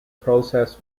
process